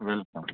welcome